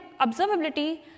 observability